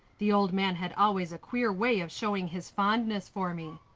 the old man had always a queer way of showing his fondness for me.